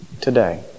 Today